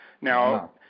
Now